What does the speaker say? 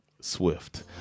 swift